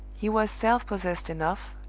he was self-possessed enough,